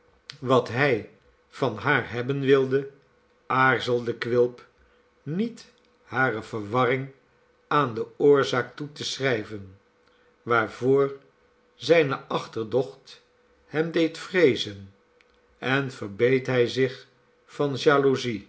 wat hij van haar hebben wilde aarzelde quilp niet hare verwarring aan de oorzaak toe te schrijven waarvoor zijne achterdocht hem deed vreezen en verbeet hij zich van